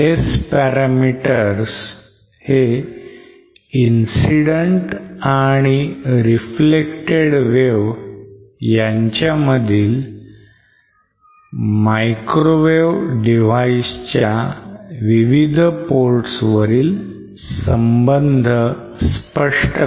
s parameters incident आणि reflected wave मधील microwave device च्या विविध ports वरील संबंध स्पष्ट करतात